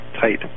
tight